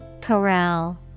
Corral